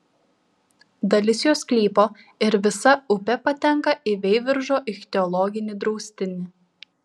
dalis jo sklypo ir visa upė patenka į veiviržo ichtiologinį draustinį